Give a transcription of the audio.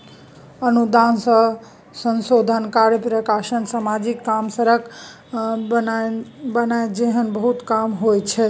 अनुदान सँ शोध कार्य, प्रकाशन, समाजिक काम, सड़क बनेनाइ जेहन बहुते काम होइ छै